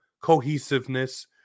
cohesiveness